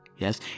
Yes